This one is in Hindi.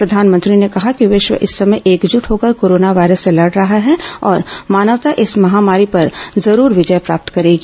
प्रधानमंत्री ने कहा कि विश्व इस समय एकजुट होकर कोरोना वायरस से लड़ रहा है और मानवता इस महामारी पर जरूर विजय प्राप्त करेगी